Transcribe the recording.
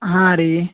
ಹಾಂ ರೀ